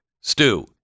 stew